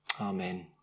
Amen